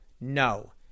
no